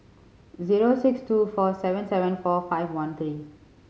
zero six two four seven seven four five one three